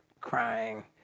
crying